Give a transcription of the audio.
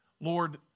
Lord